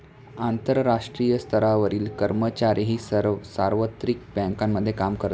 आंतरराष्ट्रीय स्तरावरील कर्मचारीही सार्वत्रिक बँकांमध्ये काम करतात